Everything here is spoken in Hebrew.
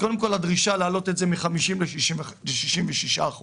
קודם כל, הדרישה להעלות את זה מ-50 ל-66 אחוזים.